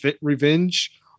revenge